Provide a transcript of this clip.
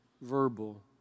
verbal